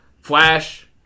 Flash